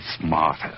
smarter